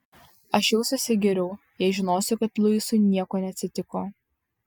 aš jausiuosi geriau jei žinosiu kad luisui nieko neatsitiko